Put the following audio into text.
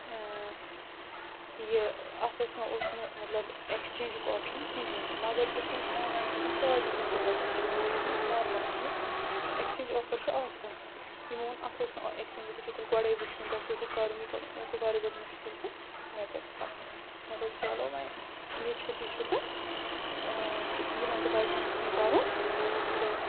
یہِ اَتھ نَہ سا اوس نہٕ مطلب ایٚکٕسچینٛجُک آپشن کِہیٖنۍ نہٕ مگر یِتھ کٔنۍ آنلایَن چھُ آسان سارنی ہُنٛد پرٛوڈکٹن چھُ مےٚ وُچھمُت نارمَلَس منٛز ایٚکٕسچینٛج آفر چھُ آسان یِمو ووٚن اَتھ اوس نہٕ ایٚکٕسچینٛجُک تۄہہِ چھُو تیٚلہِ گۄڈے وُچھن تۄہہِ اوسوٕ ہُہ کَرُن یہِ کَرُن مےٚ گوٚو وارِیاہ زیادٕ مُشکِل تہٕ مےٚ کٔر ژھۄپ مےٚ دوٚپ چِلو وۄنۍ یہِ چھُ تہِ چھُ تہٕ یِمن تہِ پَزِہا نہٕ یِتھ کٔنۍ کَرُن کیٚنٛہہ